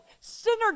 Sinner